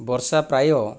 ବର୍ଷା ପ୍ରାୟ